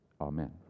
Amen